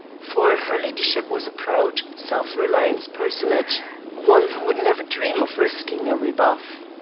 for her ladyship was a proud, self-reliant personage one who would never dream of risking a rebuff.